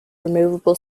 removable